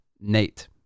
Nate